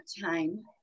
time